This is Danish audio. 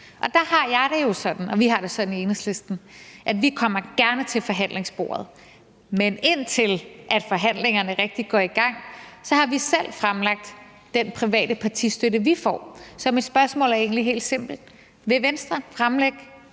Og der har jeg og vi i Enhedslisten det jo sådan, at vi gerne kommer til forhandlingsbordet, men indtil forhandlingerne rigtig går i gang, har vi selv fremlagt den private partistøtte, vi får. Så mit spørgsmål er egentlig helt simpelt: Vil Venstre fremlægge